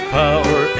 power